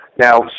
Now